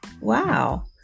Wow